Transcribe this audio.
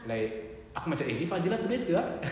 like aku macam eh ni fazirah tulis ke